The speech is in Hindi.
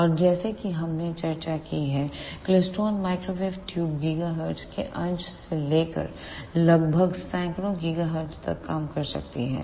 और जैसा कि हमने चर्चा की कि क्लेस्ट्रॉन माइक्रोवेव ट्यूब गीगाहर्ट्ज के अंश से लेकर लगभग सैकड़ों गीगाहर्ट्ज तक काम कर सकती हैं